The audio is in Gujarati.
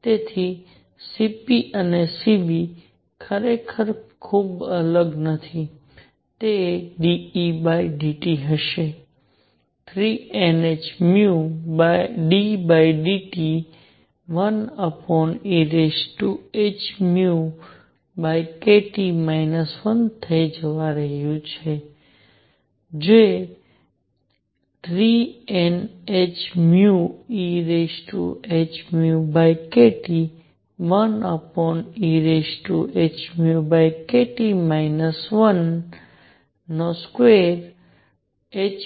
તેથી Cp અને Cv ખરેખર વધુ અલગ નથી તે dEdT હશે જે 3NhνddT 1ehνkT 1 થવા જઈ રહ્યું છે જે 3NhνehνkT 1ehνkT